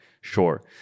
Sure